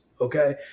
Okay